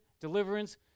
deliverance